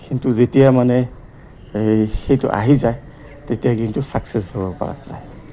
কিন্তু যেতিয়া মানে এই সেইটো আহি যায় তেতিয়া কিন্তু ছাকচেছ হ'ব পৰা যায়